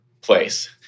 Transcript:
place